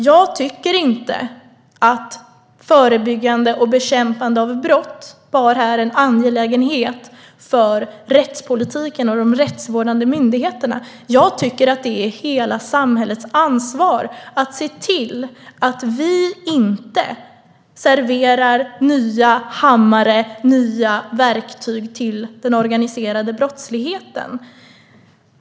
Jag tycker inte att förebyggande och bekämpande av brott är en angelägenhet bara för rättspolitiken och de rättsvårdande myndigheterna. Jag tycker att det är hela samhällets ansvar att se till att vi inte oreflekterat serverar nya hammare och andra nya verktyg till den organiserade brottsligheten.